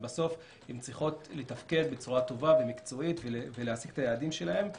בסוף הן צריכות לתפקד בצורה טובה ומקצועית ולהשיג את היעדים שלהן,